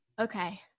okay